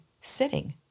sitting